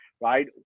right